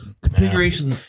configuration